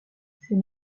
ces